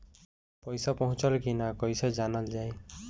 पैसा पहुचल की न कैसे जानल जाइ?